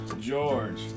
George